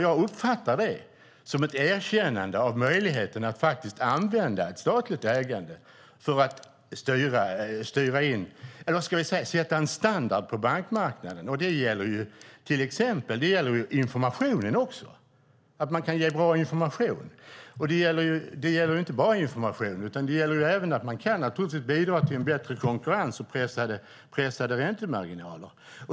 Jag uppfattar det som ett erkännande av möjligheten att faktiskt använda ett statligt ägande för att styra eller sätta en standard på bankmarknaden. Det gäller informationen också, att man kan ge bra information. Men det gäller inte bara information, utan det gäller även att man naturligtvis kan bidra till en bättre konkurrens och pressade räntemarginaler.